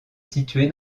situé